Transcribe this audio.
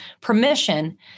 permission